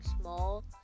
small